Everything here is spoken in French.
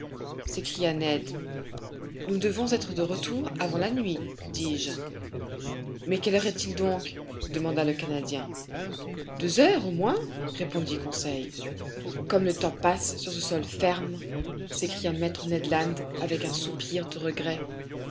s'écria ned nous devons être de retour avant la nuit dis-je mais quelle heure est-il donc demanda le canadien deux heures au moins répondit conseil comme le temps passe sur ce sol ferme s'écria maître ned land avec un soupir de regret